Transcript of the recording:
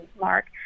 Mark